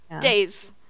Days